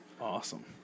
Awesome